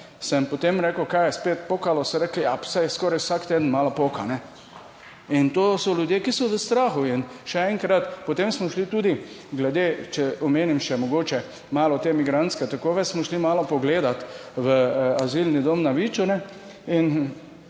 sem potem rekel, kaj je spet pokalo, so rekli, saj skoraj vsak teden malo poka. In to so ljudje, ki so v strahu. In še enkrat, potem smo šli tudi glede, če omenim še mogoče malo te migrantske tokove, smo šli malo pogledat v Azilni dom na Viču, ki